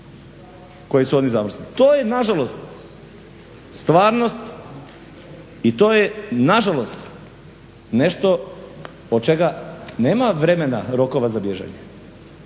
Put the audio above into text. koji su oni zamrzili. To je nažalost stvarnost i to je nažalost nešto od čega nama vremena rokova za bježanje.